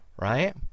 right